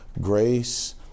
Grace